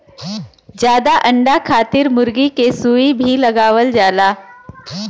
जादा अंडा खातिर मुरगी के सुई भी लगावल जाला